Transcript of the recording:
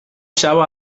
شبو